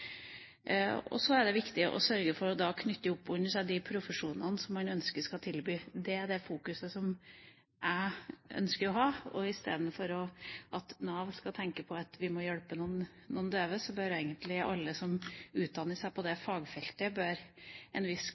Så er det viktig å sørge for å knytte til seg de profesjonene man ønsker skal tilby dette. Det er det jeg ønsker å fokusere på. I stedet for at Nav skal tenke at de skal hjelpe noen døve, bør egentlig en viss kvote av alle som utdanner seg på det fagfeltet,